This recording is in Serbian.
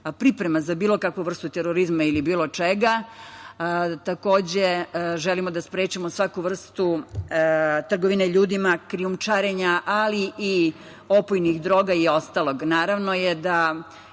priprema za bilo kakvu vrstu terorizma ili bilo čega. Takođe, želimo da sprečimo svaku vrstu trgovine ljudima, krijumčarenja, ali i opojnih droga i ostalog. Naravno da